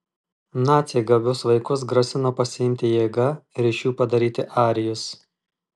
naciai gabius vaikus grasino pasiimti jėga ir iš jų padaryti arijus